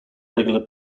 regular